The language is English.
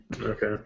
Okay